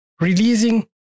releasing